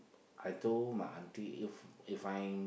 I told my aunty if if I'm